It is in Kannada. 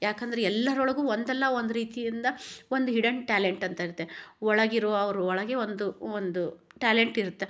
ಯಾಕಂದ್ರೆ ಎಲ್ಲರೊಳಗೂ ಒಂದಲ್ಲ ಒಂದು ರೀತಿಯಿಂದ ಒಂದು ಹಿಡನ್ ಟ್ಯಾಲೆಂಟ್ ಅಂತ ಇರುತ್ತೆ ಒಳಗಿರುವ ಅವ್ರ ಒಳಗೆ ಒಂದು ಒಂದು ಟ್ಯಾಲೆಂಟ್ ಇರುತ್ತೆ